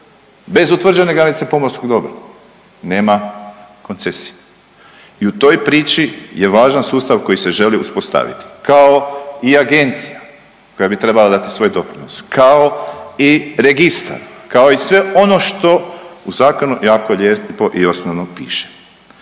Bez utvrđene granice pomorskog dobra nema koncesije i u toj priči je važan sustav koji se želi uspostaviti kao i agencija koja bi trebala dati svoj doprinos, kao i registar, kao i sve ono što u zakonu jako lijepo i osnovno piše.